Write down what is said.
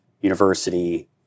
university